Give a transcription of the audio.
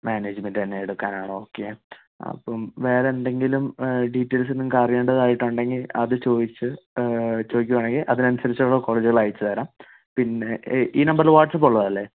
management തന്നെ എടുക്കാനാണോ okay അപ്പം വേറെ എന്തെങ്കിലും ഡീറ്റെയിൽസ് നിങ്ങക്ക് അറിയേണ്ടതുണ്ടെങ്കിൽ അത് ചോദിച്ച് ചോദിക്കുവാണെങ്കിൽ അതിന് അനുസരിച്ചുള്ള കോളേജുകൾ അയച്ച് തരാം പിന്നെ ഈ നമ്പറിൽ വാട്ട്സ്ആപ്പ് ഉള്ളത് അല്ലെ